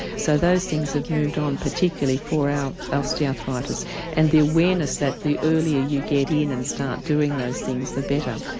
so those things have moved on, particularly for osteoarthritis and the awareness that the earlier you get in and start doing those things the better.